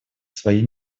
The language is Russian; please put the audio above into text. своей